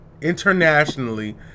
Internationally